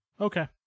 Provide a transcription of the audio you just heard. Okay